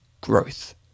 growth